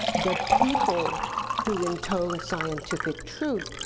the people who entomb scientific truth,